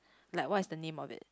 like what is the name of it